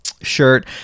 shirt